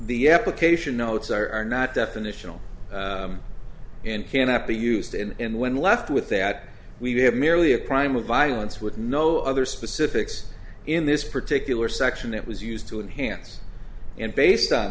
the application notes are not definitional and cannot be used and when left with that we have merely a crime of violence with no other specifics in this particular section that was used to enhance and based on